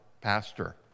pastor